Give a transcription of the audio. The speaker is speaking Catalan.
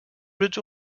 bruts